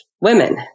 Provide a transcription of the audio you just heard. women